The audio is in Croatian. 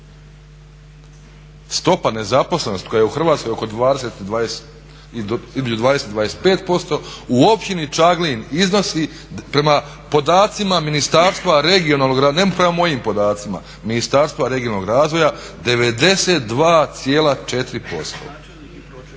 Stopa nezaposlenosti koja je u Hrvatskoj oko 20, između 20 i 25% u općini Čaglin iznosi prema podacima Ministarstva regionalnog, ne prema mojim podacima, Ministarstva regionalnog razvoja, 92,4%.